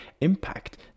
impact